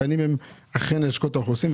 התקנים הם אכן ללשכות האוכלוסין,